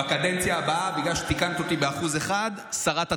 בקדנציה הבאה, בגלל שתיקנת אותי ב-1% שרת התחבורה.